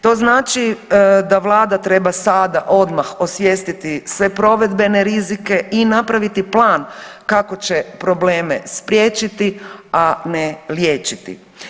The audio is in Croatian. To znači da vlada treba sada odmah osvijestiti sve provedbene rizike i napraviti plan kako će probleme spriječiti, a ne liječiti.